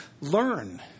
learn